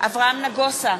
אברהם נגוסה,